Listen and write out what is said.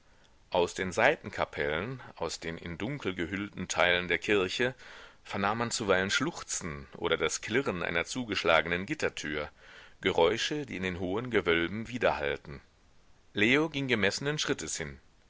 aus den seitenkapellen aus den in dunkel gehüllten teilen der kirche vernahm man zuweilen schluchzen oder das klirren einer zugeschlagenen gittertür geräusche die in den hohen gewölben widerhallten leo ging gemessenen schrittes hin